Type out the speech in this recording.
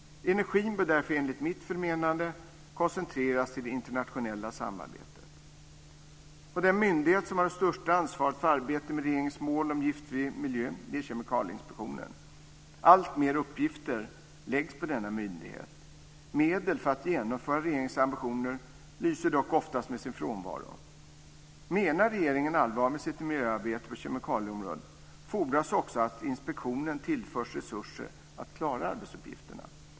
Energin bör därför enligt mitt förmenande koncentreras till det internationella samarbetet. Den myndighet som har det största ansvaret för arbetet med regeringens mål om giftfri miljö är Kemikalieinspektionen. Alltfler uppgifter läggs på denna myndighet. Medel för att genomföra regeringens ambitioner lyser dock med sin frånvaro. Menar regeringen allvar med sitt miljöarbete på kemikalieområdet fordras också att inspektionen tillförs resurser att klara arbetsuppgifterna.